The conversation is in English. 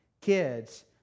kids